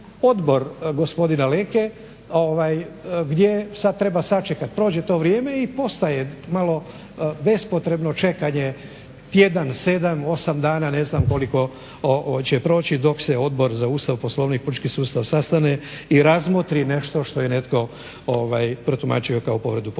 Odbor gospodina Leke gdje sad treba sačekati, prođe to vrijeme i postaje malo bespotrebno čekanje tjedan, sedam, osam dana, ne znam koliko će proći dok se Odbor za Ustav, Poslovnik i politički sustav sastane i razmotri nešto što je netko protumačio kao povredu Poslovnika.